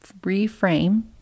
reframe